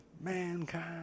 Mankind